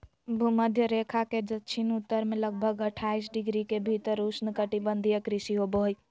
भूमध्य रेखा के दक्षिण उत्तर में लगभग अट्ठाईस डिग्री के भीतर उष्णकटिबंधीय कृषि होबो हइ